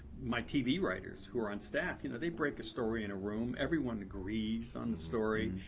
my tv writers who are on staff, you know, they break a story in a room. everyone agrees on the story.